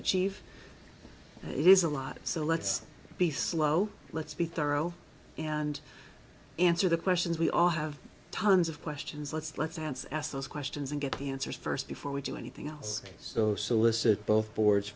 achieve it is a lot so let's be slow let's be thorough and answer the questions we all have tons of questions let's let's answer ask those questions and get the answers first before we do anything else so solicit both boards